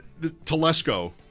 Telesco